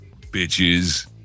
Bitches